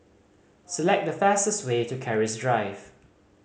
select the fastest way to Keris Drive